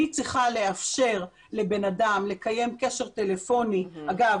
אני צריכה לאפשר לבן אדם לקיים קשר טלפוני אגב,